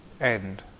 end